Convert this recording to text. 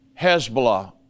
Hezbollah